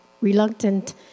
reluctant